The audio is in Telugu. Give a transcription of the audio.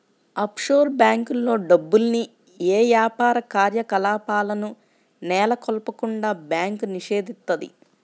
ఆఫ్షోర్ బ్యేంకుల్లో డబ్బుల్ని యే యాపార కార్యకలాపాలను నెలకొల్పకుండా బ్యాంకు నిషేధిత్తది